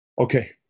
Okay